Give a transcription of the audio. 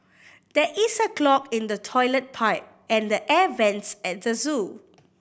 there is a clog in the toilet pipe and the air vents at the zoo